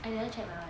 I never check my [one]